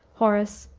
horace,